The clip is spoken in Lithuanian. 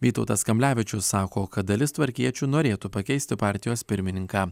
vytautas kamblevičius sako kad dalis tvarkiečių norėtų pakeisti partijos pirmininką